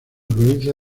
provincia